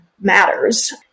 matters